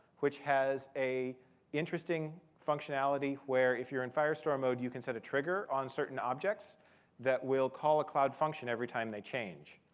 which has a interesting functionality where, if you're in firestore mode, you can set a trigger on certain objects that will call a cloud function every time they change.